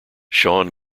sean